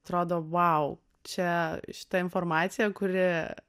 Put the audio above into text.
atrodo vau čia šita informacija kuri